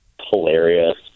hilarious